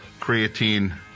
creatine